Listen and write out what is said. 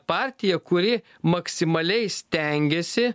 partiją kuri maksimaliai stengiasi